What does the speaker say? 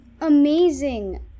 amazing